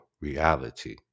reality